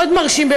מאוד מרשים,